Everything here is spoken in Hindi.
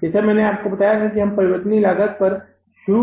जैसा कि मैंने बताया कि आप परिवर्तनीय लागत पर शुरू